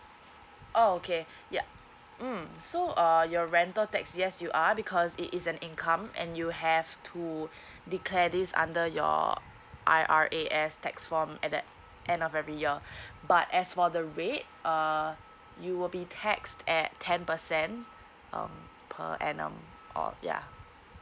oh okay yup mm so err your rental tax yes you are because it is an income and you have to declare this under your I_R_A_S tax form at that end of every year but as for the rate uh you will be taxed at ten percent um per annum or yeah